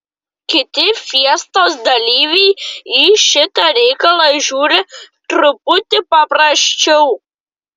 kiti fiestos dalyviai į šitą reikalą žiūri truputį paprasčiau